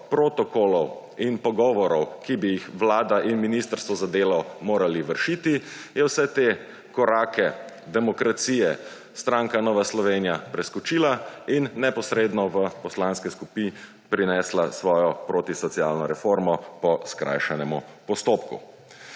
protokolov in pogovorov, ki bi jih vlada in Ministrstvo za delo morali vršit, je vse te korake demokracije stranka Nova Slovenija preskočila in neposredno v poslanske klopi prinesla svojo protisocialno reformo po skrajšanem postopku.